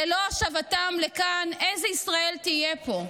ללא השבתם לכאן, איזו ישראל תהיה פה?